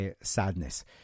sadness